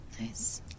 nice